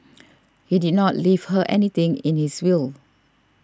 he did not leave her anything in his will